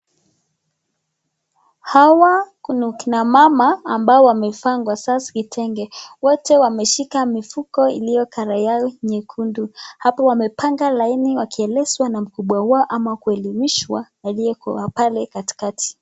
Hawa kuna akina mama ambao wamevaa nguo zao kitengee wote wameshika mifuko iliyo (cs)kalaa(cs) yao nyekundu hapo wamepanga laini wakielezwa na mkubwa wao ama kuelimishwa aliye pale katikati.